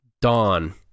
Dawn